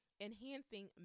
enhancing